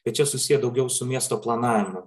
bet čia susiję daugiau su miesto planavimu